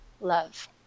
Love